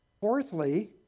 Fourthly